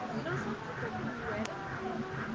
you know, sometimes i can wear them pretty well.